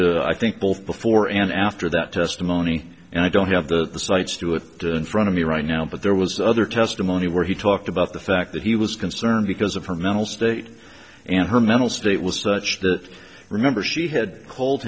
elicited i think both before and after that testimony and i don't have the cites to it in front of me right now but there was other testimony where he talked about the fact that he was concerned because of her mental state and her mental state was such that remember she had